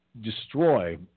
destroy